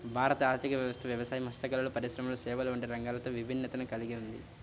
భారత ఆర్ధిక వ్యవస్థ వ్యవసాయం, హస్తకళలు, పరిశ్రమలు, సేవలు వంటి రంగాలతో విభిన్నతను కల్గి ఉంది